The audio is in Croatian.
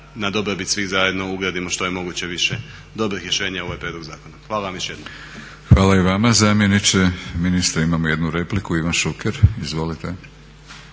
na dobrobit svih zajedno ugradimo što je moguće više dobrih rješenja u ovaj prijedlog zakona. Hvala vam još jednom. **Batinić, Milorad (HNS)** Hvala i vama zamjeniče ministra. Imamo jednu repliku, Ivan Šuker. Izvolite.